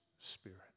spirit